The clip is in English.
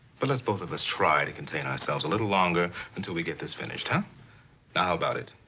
but let's both of us try to contain ourselves a little longer, until we get this finished, huh? now, how about it?